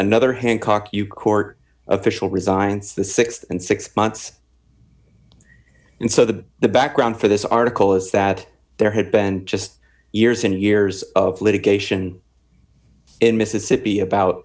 another hancock you court official resigns the th and six months in so that the background for this article is that there had been just years and years of litigation in mississippi about